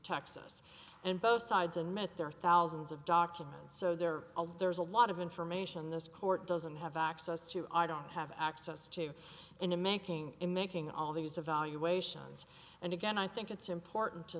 texas and both sides and met there are thousands of documents so there there's a lot of information in this court doesn't have access to i don't have access to in the making in making all these evaluations and again i think it's important to